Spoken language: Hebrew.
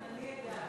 אני עדה.